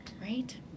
right